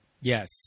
Yes